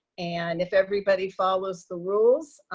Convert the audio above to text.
and if everybody follows the rules,